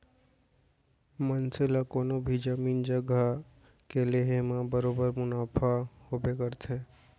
मनसे ला कोनों भी जमीन जघा के लेहे म बरोबर मुनाफा होबे करथे